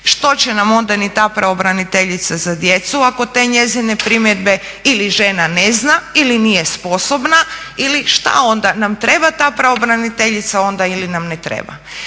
što će nam onda ni ta pravobraniteljica za djecu ako te njezine primjedbe ili žena ne zna ili nije sposobna ili šta onda nam treba ta pravobraniteljica onda ili nam ne treba.